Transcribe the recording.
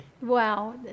Wow